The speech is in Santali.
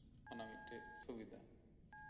ᱚᱱᱟ ᱢᱤᱫᱴᱮᱱ ᱥᱩᱵᱤᱫᱷᱟ